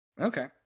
Okay